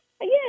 yes